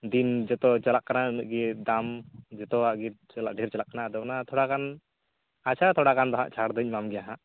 ᱫᱤᱱ ᱡᱚᱛᱚ ᱪᱟᱞᱟᱜ ᱠᱟᱱᱟ ᱩᱱᱟᱹᱜ ᱜᱮ ᱫᱟᱢ ᱡᱚᱛᱚᱣᱟᱜ ᱜᱮ ᱪᱟᱞᱟᱜ ᱰᱷᱮᱨ ᱪᱟᱞᱟᱜ ᱠᱟᱱᱟ ᱟᱫᱚ ᱚᱱᱟ ᱛᱷᱚᱲᱟ ᱜᱟᱱ ᱟᱪᱪᱷᱟ ᱛᱷᱚᱲᱟ ᱜᱟᱱ ᱫᱚᱦᱟᱸᱜ ᱪᱷᱟᱲ ᱫᱚᱧ ᱮᱢᱟᱢ ᱜᱮᱭᱟ ᱦᱟᱸᱜ